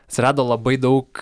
atsirado labai daug